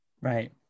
Right